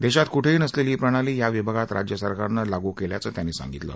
देशात कुठेही नसलेली ही प्रणाली या विभागात राज्यसरकारनं लागू केल्याचं त्यांनी सांगितलं